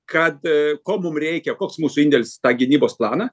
kad ko mum reikia koks mūsų indėlis į tą gynybos planą